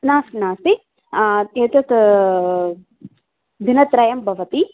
नास्ति नास्ति एतत् दिनत्रयं भवति